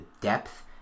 depth